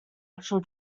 actual